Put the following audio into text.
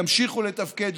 ימשיכו לתפקד,